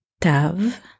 Tav